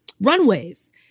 runways